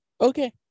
okay